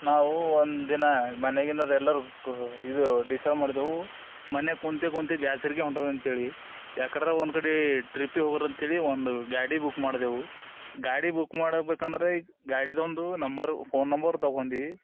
ನಾವು ಒಂದಿನ ಮನೆಗಿನರೆಲ್ಲರು ಕು ಇದು ಡಿಸೈಡ್ ಮಾಡಿದೆವು ಮನೆಗೆ ಕುಂತು ಕುಂತು ಬ್ಯಾಸರ್ಕೆ ಹೊಂಟದ ಅಂತೇಳಿ ಯಾಕಡ್ರೆ ಒಂದ್ಕಡೆ ಟ್ರಿಪ್ಪಿಗೆ ಹೋಗರೆ ಅಂತೇಳಿ ಒಂದು ಗಾಡಿ ಬುಕ್ ಮಾಡಿದೆವು ಗಾಡಿ ಬುಕ್ ಮಾಡಿ ಹೋಗ್ಬೇಕ್ ಅಂದರೆ ಈ ಗಾಡಿದು ಒಂದು ನಂಬರು ಫೋನ್ ನಂಬರು ತಗೊಂಡಿ